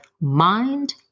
mind